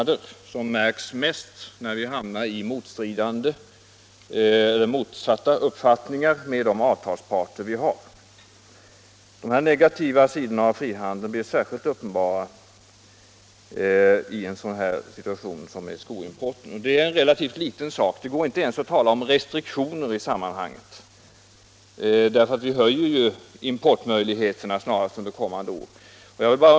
Detta märks mest när vi hamnar i uppfattningar som strider mot dem som omfattas av våra handelspartner. Dessa negativa sidor hos frihandeln blir särskilt uppenbara i en sådan situation som den som nu föreligger beträffande skoimporten. Det är där fråga om en relativt liten åtgärd. Man kan inte ens tala om restriktioner i sammanhanget, eftersom vi snarast ökar importmöjligheterna under kommande år.